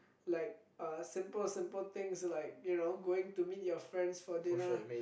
like uh simple simple things like you know going to meet your friends for dinner